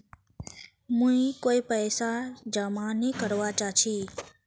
मी कोय पैसा जमा नि करवा चाहची